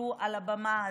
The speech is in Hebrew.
שדיברו על הבמה הזאת.